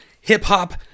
hip-hop